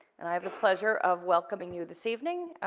and i have the pleasure of welcoming you this evening,